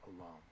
alone